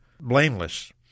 blameless